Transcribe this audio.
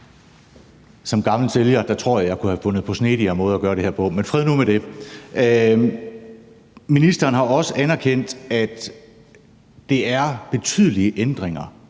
Som gammel sælger tror jeg, at jeg kunne have fundet på snedigere måder at gøre det her på, men fred nu med det. Ministeren har anerkendt, at det er betydelige ændringer,